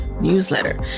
newsletter